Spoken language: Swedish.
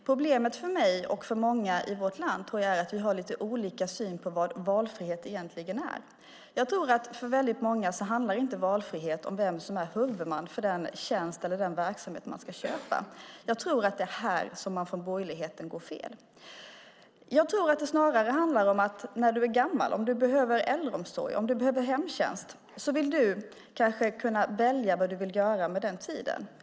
Problemet för mig och för många i vårt land är att vi har lite olika syn på vad valfrihet egentligen är. För många människor tror jag inte att valfrihet handlar om vem som är huvudman för den tjänst eller verksamhet som man ska köpa. Jag tror att det är här som man från borgerligheten går fel. Snarare handlar det nog om att när man är gammal och behöver äldreomsorg och hemtjänst vill man kanske välja vad man vill göra med den tiden.